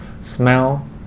smell